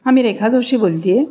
हा मी रेखा जोशी बोलते आहे